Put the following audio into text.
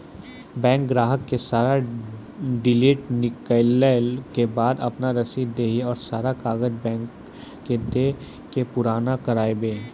Bank ग्राहक के सारा डीटेल निकालैला के बाद आपन रसीद देहि और सारा कागज बैंक के दे के पुराना करावे?